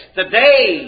today